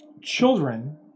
children